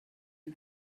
yng